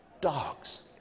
dogs